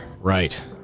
Right